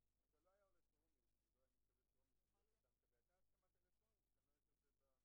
נכון יותר שהם יהיו כימי מחלה כלליים, ולא להתחיל